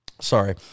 Sorry